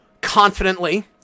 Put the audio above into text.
confidently